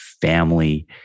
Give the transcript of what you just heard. family